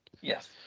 Yes